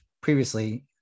previously